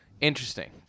interesting